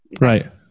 Right